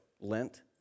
Lent